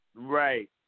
Right